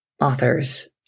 authors